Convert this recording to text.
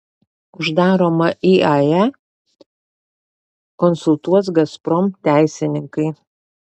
uždaromą iae konsultuos gazprom teisininkai